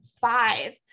five